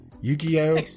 Yu-Gi-Oh